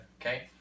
okay